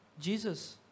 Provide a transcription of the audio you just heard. Jesus